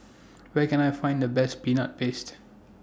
Where Can I Find The Best Peanut Paste